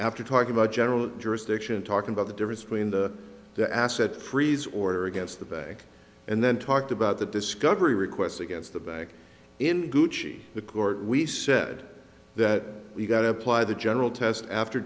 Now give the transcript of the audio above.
after talking about general jurisdiction talking about the difference between the the asset freeze order against the bank and then talked about the discovery request against the bank in gucci the court we said that we got to apply the general test after